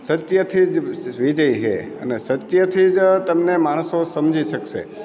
સત્યથી જ વિજય છે અને સત્યથી જ તમને માણસો સમજી શકશે